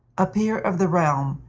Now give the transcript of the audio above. a peer of the realm,